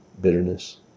bitterness